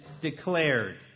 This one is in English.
declared